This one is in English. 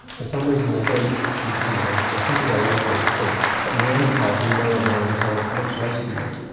for some reason they don't continue, they they seem to go locally extinct, but neanderthals we know are there until much later than that,